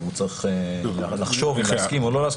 הוא צריך לחשוב אם להסכים או לא להסכים